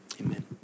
amen